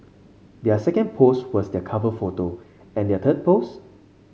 their second post was their cover photo and their third post